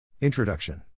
Introduction